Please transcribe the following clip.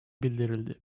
bildirildi